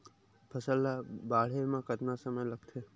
फसल ला बाढ़े मा कतना समय लगथे?